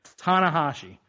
Tanahashi